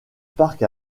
parc